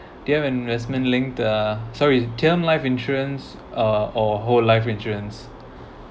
do you have an investment link uh sorry it term life insurance uh or whole life insurance